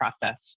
process